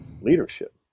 leadership